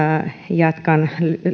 jatkan